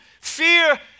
fear